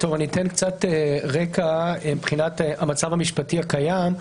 אני אתן קצת רקע מבחינת המצב המשפטי הקיים,